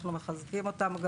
אנחנו מחזקים אותם.